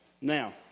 Now